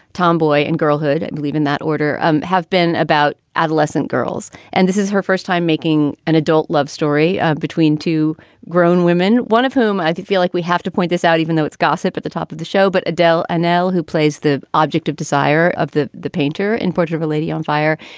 tomboy and girlhood and believe in that order um have been about adolescent girls. and this is her first time making an adult love story between two grown women, one of whom i feel like we have to point this out, even though it's gossip at the top of the show. but adele adele, who plays the object of desire of the the painter in portugal, a lady on fire,